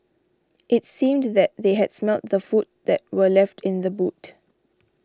it seemed that they had smelt the food that were left in the boot